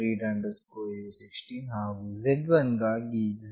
read u16 ಹಾಗು z1 ಗಾಗಿ z